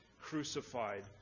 crucified